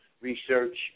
research